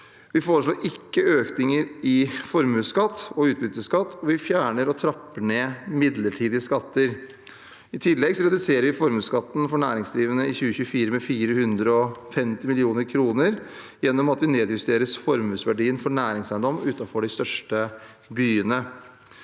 Vi foreslår ikke økninger i formuesskatt og utbytteskatt, og vi fjerner og trapper ned midlertidige skatter. I tillegg reduserer vi formuesskatten for næringsdrivende i 2024 med 450 mill. kr ved at vi nedjusterer formuesverdien for næringseiendom utenfor de største byene.